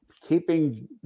keeping